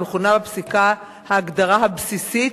המכונה בפסיקה "ההגדרה הבסיסית",